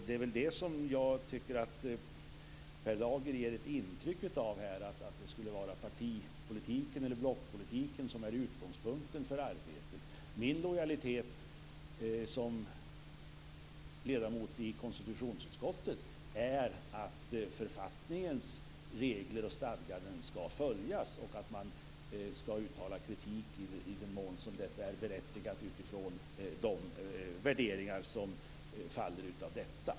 Det är väl där som jag tycker att Per Lager ger ett intryck av att det skulle vara partipolitiken eller blockpolitiken som är utgångspunkten för arbetet. Min lojalitet som ledamot i konstitutionsutskottet är att författningens regler och stadganden ska följas och att man ska uttala kritik i den mån som det är berättigat utifrån de värderingar som faller av detta.